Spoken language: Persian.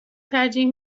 ترجیح